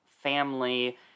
family